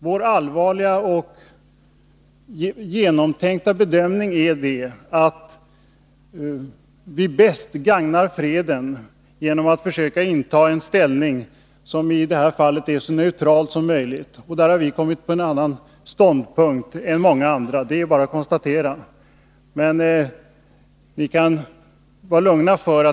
Vår allvarliga och genomtänkta bedömning är den att vi bäst gagnar freden genom att försöka inta en så neutral ståndpunkt som möjligt. Därför har vi hamnat på en annan ståndpunkt än många andra. Det är bara att konstatera. Ni kan vara lugna.